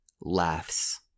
laughs